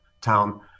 Town